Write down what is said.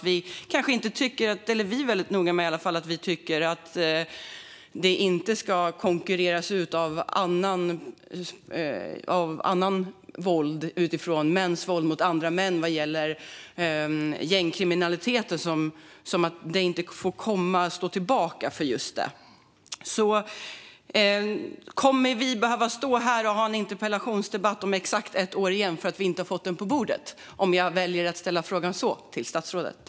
Vi socialdemokrater är väldigt noga med att säga att vi tycker att detta inte ska konkurreras ut av annat våld, till exempel mäns våld mot andra män och gängkriminalitet. Det här ska inte stå tillbaka på grund av sådant. Kommer vi att behöva stå här och ha en interpellationsdebatt om exakt ett år igen för att vi inte har fått detta på bordet? Den frågan väljer jag att ställa till statsrådet.